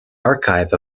archive